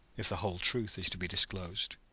if the whole truth is to be disclosed.